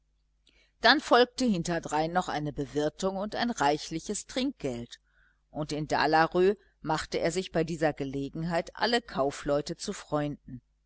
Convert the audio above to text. dann folgte hinterdrein noch eine bewirtung und ein reichliches trinkgeld und in dalarö machte er sich bei dieser gelegenheit alle kaufleute zu freunden